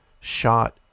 shot